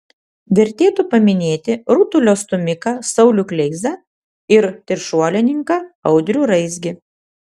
vertėtų paminėti rutulio stūmiką saulių kleizą ir trišuolininką audrių raizgį